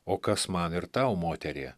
o kas man ir tau moterie